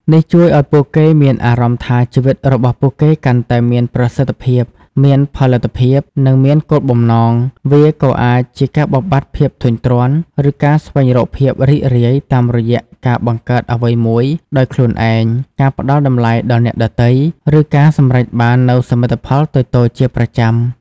នេះជួយឱ្យពួកគេមានអារម្មណ៍ថាជីវិតរបស់ពួកគេកាន់តែមានប្រសិទ្ធភាព មានផលិតភាព និងមានគោលបំណង វាក៏អាចជាការបំបាត់ភាពធុញទ្រាន់ ឬការស្វែងរកភាពរីករាយតាមរយៈការបង្កើតអ្វីមួយដោយខ្លួនឯង ការផ្តល់តម្លៃដល់អ្នកដទៃ ឬការសម្រេចបាននូវសមិទ្ធផលតូចៗជាប្រចាំ។